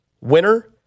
winner